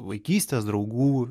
vaikystės draugų